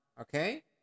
Okay